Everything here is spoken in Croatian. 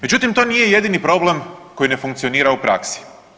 Međutim, to nije jedini problem koji ne funkcionira u praksi.